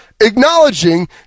acknowledging